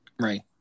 Right